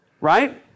right